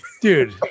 dude